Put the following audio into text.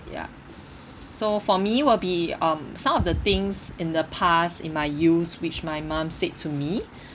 ya so for me will be um some of the things in the past in my youth which my mum said to me